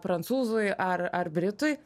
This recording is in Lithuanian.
prancūzui ar ar britui